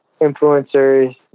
influencers